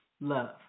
love